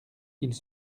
ils